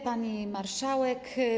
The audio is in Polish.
Pani Marszałek!